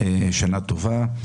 שנה טובה.